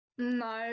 No